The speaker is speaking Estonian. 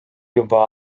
juba